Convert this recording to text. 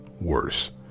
worse